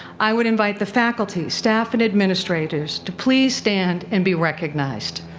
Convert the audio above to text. i would invite the faculty, staff, and administrators to please stand and be recognized